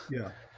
yeah.